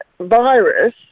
virus